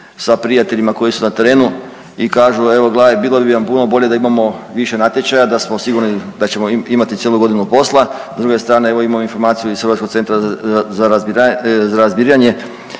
sa prijateljima koji su na terenu i kažu evo, gledaj, bilo bi nam puno bolje da imamo više natječaja, da smo sigurni da ćemo imati cijelu godinu posla. S druge strane, evo, imamo informaciju iz Hrvatskog centra za razminiranje